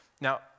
Now